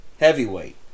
heavyweight